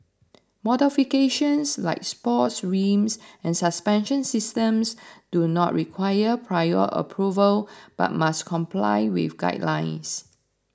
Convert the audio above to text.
modifications like sports rims and suspension systems do not require prior approval but must comply with guidelines